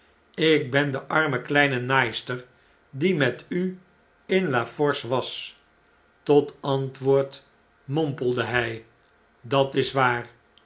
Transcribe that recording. lk ben de arme kleine naaister die met u in la force was tot antwoord mompeldehjj dat is waar